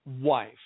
wife